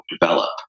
develop